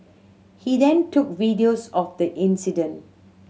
he then took videos of the incident